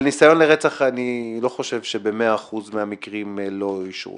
על ניסיון לרצח אני לא חושב שבמאה אחוז מהמקרים לא אישרו.